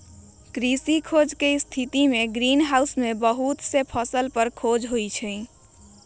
कृषि खोज के स्थितिमें ग्रीन हाउस में बहुत से फसल पर खोज होबा हई